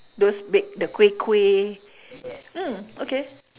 those bake the kuih kuih mm okay